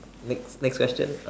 next next questions